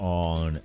on